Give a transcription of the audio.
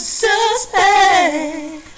suspect